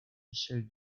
michel